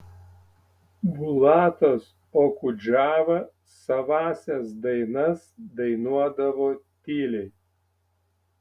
bulatas okudžava savąsias dainas dainuodavo tyliai